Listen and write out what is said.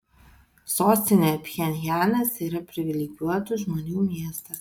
sostinė pchenjanas yra privilegijuotų žmonių miestas